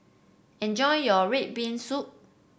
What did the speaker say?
enjoy your red bean soup